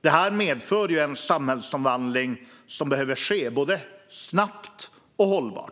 Detta medför en samhällsomvandling som behöver ske både snabbt och hållbart.